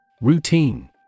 Routine